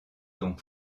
donc